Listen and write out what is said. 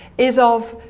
is of